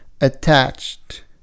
attached